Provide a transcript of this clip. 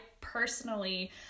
personally